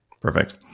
Perfect